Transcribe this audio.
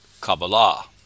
kabbalah